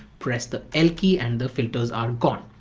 press the l key and the filters are gone.